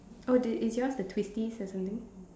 oh dude is yours the twisties or something